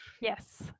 Yes